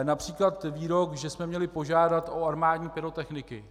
Například výrok, že jsme měli požádat o armádní pyrotechniky.